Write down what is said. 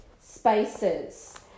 spaces